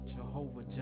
Jehovah